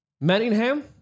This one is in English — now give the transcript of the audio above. Manningham